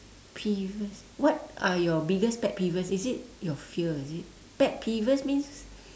peeves what are your biggest pet peeves is it your fear is it pet peeves means